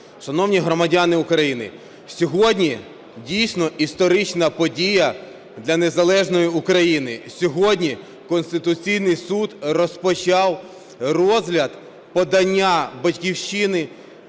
шановні громадяни України! Сьогодні дійсно історична подія для незалежної України. Сьогодні Конституційний Суд розпочав розгляд подання "Батьківщина",